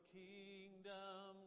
kingdom